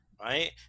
right